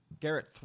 Garrett